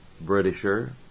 Britisher